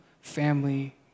family